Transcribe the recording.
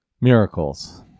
miracles